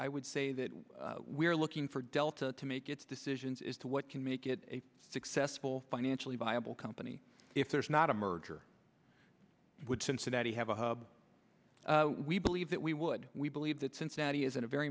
i would say that we're looking for delta to make its decisions as to what can make it a successful financially viable company if there's not a merger would cincinnati have a hub we believe that we would we believe that cincinnati is a very